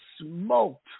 smoked